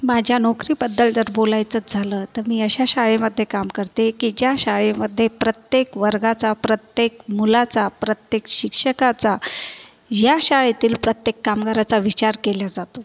माझ्या नोकरीबद्दल जर बोलायचं झालं तर मी अशा शाळेमध्ये काम करते की ज्या शाळेमध्ये प्रत्येक वर्गाचा प्रत्येक मुलाचा प्रत्येक शिक्षकाचा या शाळेतील प्रत्येक कामगाराचा विचार केला जातो